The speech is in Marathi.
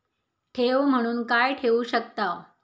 ठेव म्हणून काय ठेवू शकताव?